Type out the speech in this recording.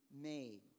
made